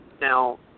Now